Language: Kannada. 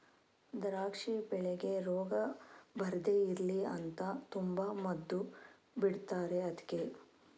ದ್ರಾಕ್ಷಿ ಬೆಳೆಗೆ ರೋಗ ಬರ್ದೇ ಇರ್ಲಿ ಅಂತ ತುಂಬಾ ಮದ್ದು ಬಿಡ್ತಾರೆ ಅದ್ಕೆ